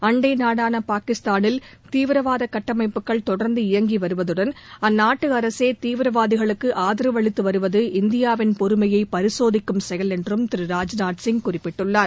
அண்டை நாடான பாகிஸ்தானில் தீவிரவாத கட்டமைப்புகள் தொடர்ந்து இயங்கி வருவதுடன் அந்நாட்டு அரசே தீவிரவாதிகளுக்கு ஆதரவு அளித்து வருவது இந்தியாவின் பொறுமையை பரிசோதிக்கும் செயல் என்றும் திரு ராஜ்நாத் சிங் குறிப்பிட்டுள்ளார்